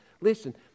Listen